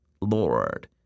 Lord